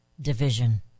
division